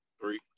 Three